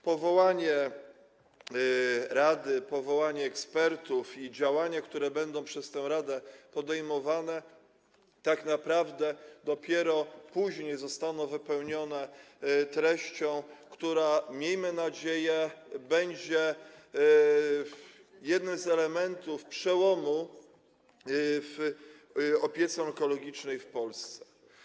Powołanie rady, powołanie ekspertów, działania, które będą przez tę radę podejmowane - tak naprawdę dopiero później zostanie to wypełnione treścią, która, miejmy nadzieję, będzie jednym z elementów przełomu w opiece onkologicznej w Polsce.